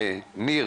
ניר